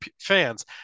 fans